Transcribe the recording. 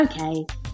okay